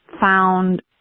found